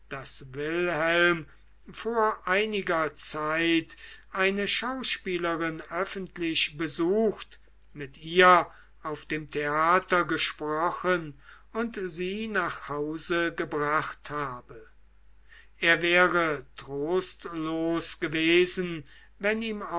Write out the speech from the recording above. daß wilhelm vor einiger zeit eine schauspielerin öffentlich besucht mit ihr auf dem theater gesprochen und sie nach hause gebracht habe er wäre trostlos gewesen wenn ihm